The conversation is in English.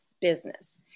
business